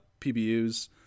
PBUs